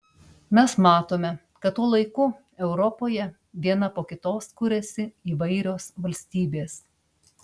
mes matome kad tuo laiku europoje viena po kitos kuriasi įvairios valstybės